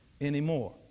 anymore